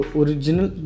original